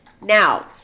now